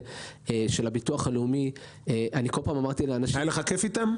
של ביטוח לאומי --- היה לך כיף איתם?